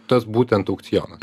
tas būtent aukcionas